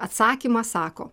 atsakymą sako